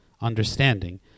understanding